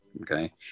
Okay